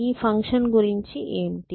ఈ ఫంక్షన్ గురించి ఏమిటి